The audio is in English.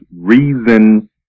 reason